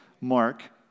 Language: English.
Mark